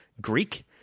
Greek